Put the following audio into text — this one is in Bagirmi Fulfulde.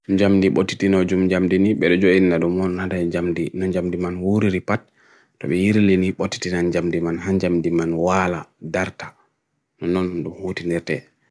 njamdi potiti na ujum njamdi ni, berojo eni na dumon nada njamdi nan jamdi man woori ripat tabi irili ni potiti nan jamdi man han jamdi man wala, darta nanon dun woori nete